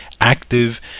active